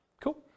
Cool